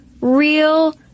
real